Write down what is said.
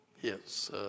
Yes